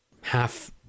half